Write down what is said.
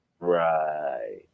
Right